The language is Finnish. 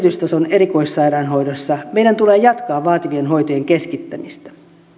erikoissairaanhoidossa meidän tulee jatkaa vaativien hoitojen keskittämistä